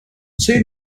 two